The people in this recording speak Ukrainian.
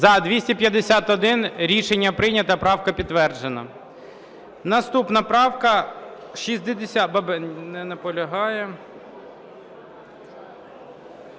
За-251 Рішення прийнято. Правка підтверджена.